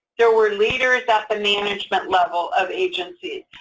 there were leaders at the management level of agencies,